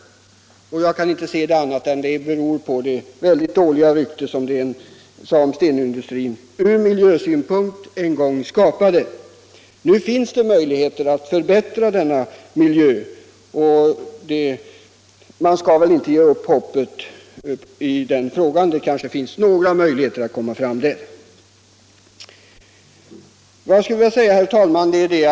Och jag kan inte se annat än att det beror på det dåliga rykte från miljösynpunkt som stenindustrin en gång fick. Nu finns det möjlighet att förbättra denna miljö, och man skall väl inte ge upp hoppet —- det kanske finns vissa förutsättningar att öka sysselsättningen inom stenindustrin.